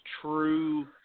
true